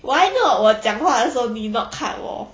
why not 我讲话的时候你 not cut 我